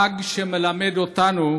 חג שמלמד אותנו